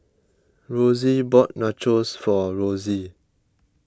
Rosy bought Nachos for Rosy